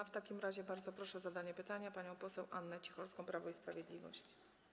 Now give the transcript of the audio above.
W takim razie bardzo proszę o zadanie pytania panią poseł Annę Cicholską, Prawo i Sprawiedliwość.